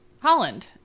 Holland